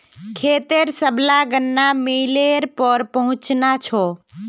खेतेर सबला गन्ना मिलेर पर पहुंचना छ